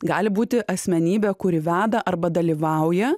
gali būti asmenybė kuri veda arba dalyvauja